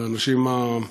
ורצח האנשים היקרים.